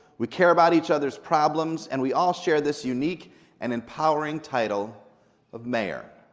we care about each other's problems, and we all share this unique and empowering title of mayor.